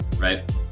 right